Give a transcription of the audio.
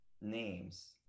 names